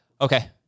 Okay